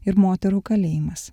ir moterų kalėjimas